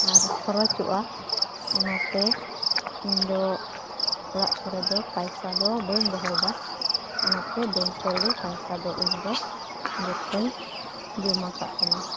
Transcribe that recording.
ᱟᱨ ᱠᱷᱚᱨᱚᱪᱚᱜᱼᱟ ᱚᱱᱟᱛᱮ ᱤᱧᱫᱚ ᱚᱲᱟᱜ ᱠᱚᱨᱮᱫᱚ ᱯᱟᱭᱥᱟᱫᱚ ᱵᱟᱹᱧ ᱫᱚᱦᱚᱭᱮᱫᱟ ᱚᱱᱟᱛᱮ ᱵᱮᱝᱠᱮᱨᱮᱜᱮ ᱯᱟᱭᱥᱟᱫᱚ ᱤᱧᱫᱚ ᱡᱚᱛᱚᱧ ᱡᱚᱢᱟᱠᱟᱜ ᱠᱟᱱᱟ